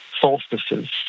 solstices